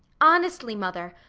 honestly, mother,